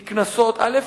נקנסות, א.